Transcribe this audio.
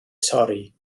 torri